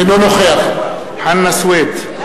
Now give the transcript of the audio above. אינו נוכח חנא סוייד,